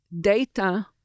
data